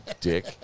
dick